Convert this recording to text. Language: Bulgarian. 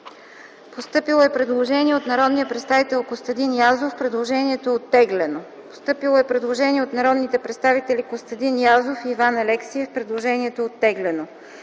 постъпило предложение от народния представител Костадин Язов. Предложението е оттеглено. Постъпило е предложение от народните представители Костадин Язов и Иван Алексиев. Предложението е оттеглено.